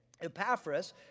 Epaphras